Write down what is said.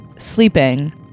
sleeping